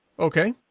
Okay